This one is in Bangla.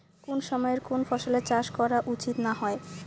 কুন সময়ে কুন ফসলের চাষ করা উচিৎ না হয়?